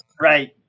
Right